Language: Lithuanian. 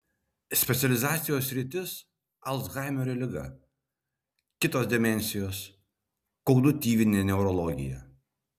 specializacijos sritis alzhaimerio liga kitos demencijos kognityvinė neurologija